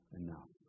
enough